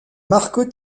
marco